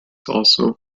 also